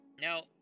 Now